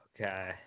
Okay